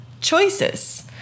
choices